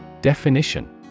Definition